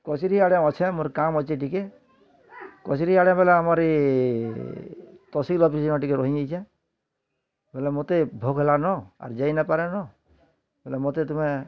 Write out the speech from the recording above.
କଚେରି ଆଡ଼େ ଅଛେ ଆମର୍ କାମ୍ ଅଛେ ଟିକେ କଚେରି ଆଡ଼େ ବୋଲେ ଆମରି ଏ ତହସିଲ୍ ଅଫିସ୍ ନେ ଟିକେ ରହି ଯାଇଛେଁ ବୋଲେ ମୋତେ ଭୋକ୍ ହେଲାନୁ ଆରେ ଯାଇ ନା ପରୁଁନୁ ବୋଲେ ମୋତେ ତୁମେ